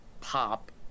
pop